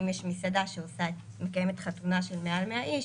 אם יש מסעדה שמקיימת חתונה של מעל 100 איש,